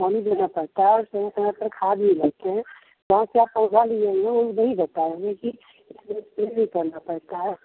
पानी देना पड़ता है सही समय पर खाद दी जाते है जहाँ से आप पौधा लिए वही बताएंगे की इसमे की क्या क्या करना पड़ता है